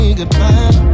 goodbye